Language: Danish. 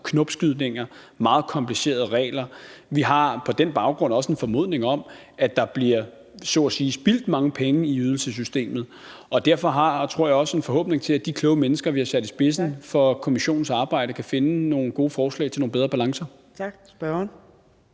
knopskydninger og meget komplicerede regler. Vi har på den baggrund også en formodning om, at der så at sige bliver spildt mange penge i ydelsessystemet, og derfor har vi også, tror jeg, en forhåbning om, at de kloge mennesker, vi har sat i spidsen for kommissionens arbejde, kan finde nogle gode forslag til nogle bedre balancer. Kl.